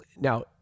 Now